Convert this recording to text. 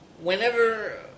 Whenever